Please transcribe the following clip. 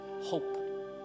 Hope